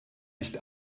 nicht